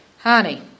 Honey